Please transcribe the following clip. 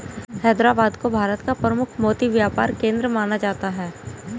हैदराबाद को भारत का प्रमुख मोती व्यापार केंद्र माना जाता है